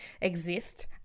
exist